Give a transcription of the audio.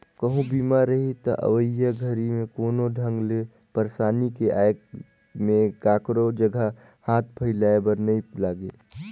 कहूँ बीमा रही त अवइया घरी मे कोनो ढंग ले परसानी के आये में काखरो जघा हाथ फइलाये बर नइ लागे